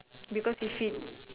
because if it